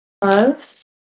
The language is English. Plus